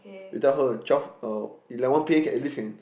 you tell her twelve uh eleven p_m at least can